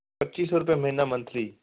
ਪੱਚੀ ਸੋ ਰੁਪਏ ਮਹੀਨਾ ਮੰਥਲੀ